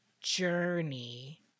journey